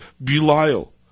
Belial